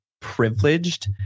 privileged